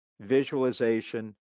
visualization